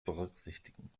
berücksichtigen